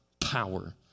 power